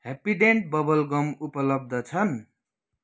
Happydent bubble gum उपलब्ध छन्